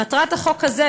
מטרת החוק הזה,